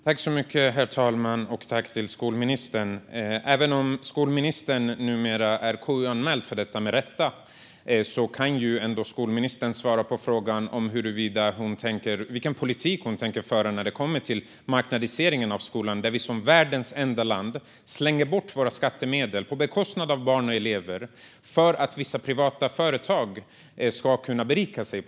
Herr talman! Även om skolministern numera är KU-anmäld för detta - med rätta - kan hon ju ändå svara på frågan om vilken politik hon tänker föra när det kommer till marknadiseringen av skolan. Som världens enda land slänger vi bort våra skattemedel, på bekostnad av barn och elever, för att vissa privata företag ska kunna berika sig.